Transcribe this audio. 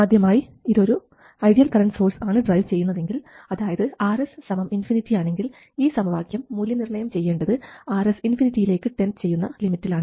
ആദ്യമായി ഇത് ഒരു ഐഡിയൽ കറൻറ് സോഴ്സ് ആണ് ഡ്രൈവ് ചെയ്യുന്നതെങ്കിൽ അതായത് Rs സമം ഇൻഫിനിറ്റി ആണെങ്കിൽ ഈ സമവാക്യം മൂല്യനിർണയം ചെയ്യേണ്ടത് Rs ഇൻഫിനിറ്റിയിലേക്ക് ടെൻഡ് ചെയ്യുന്ന ലിമിറ്റിലാണ്